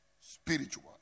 spiritual